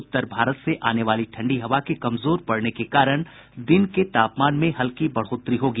उत्तर भारत से आने वाली ठंडी हवा के कमजोर पड़ने के कारण दिन के तापमान में हल्की बढ़ोतरी होगी